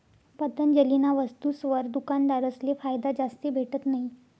पतंजलीना वस्तुसवर दुकानदारसले फायदा जास्ती भेटत नयी